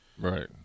Right